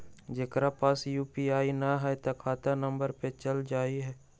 जेकरा पास यू.पी.आई न है त खाता नं पर चल जाह ई?